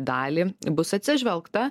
dalį bus atsižvelgta